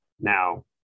Now